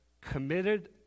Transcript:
committed